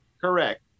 Correct